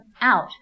out